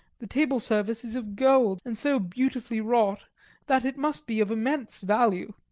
the table service is of gold, and so beautifully wrought that it must be of immense value.